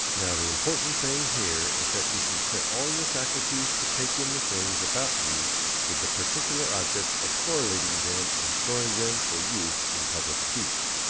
now the important thing here is that you should set all your faculties to take in the things about you with the particular object of correlating them and storing them for use in public speech.